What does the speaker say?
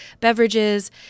beverages